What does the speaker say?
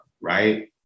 right